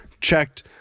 checked